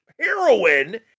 heroin